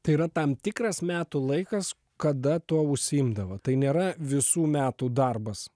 tai yra tam tikras metų laikas kada tuo užsiimdavo tai nėra visų metų darbas